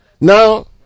now